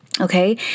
Okay